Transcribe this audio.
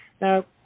Now